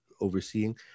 overseeing